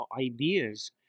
ideas